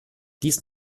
dies